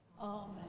Amen